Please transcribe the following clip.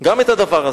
גם את הדבר הזה,